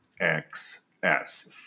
XS